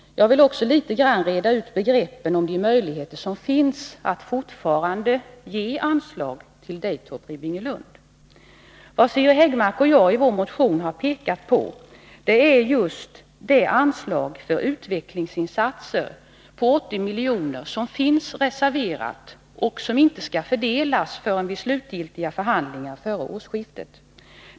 Jag vill också försöka reda ut begreppen när det gäller de möjligheter som fortfarande finns att ge anslag till Daytop Ribbingelund. Siri Häggmark och jag har i vår motion pekat på det anslag på 80 milj.kr. för utvecklingsinsatser som finns reserverat och som inte skall fördelas förrän vid slutgiltiga förhandlingar före årsskiftet.